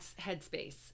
headspace